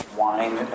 wine